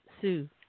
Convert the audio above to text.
Sue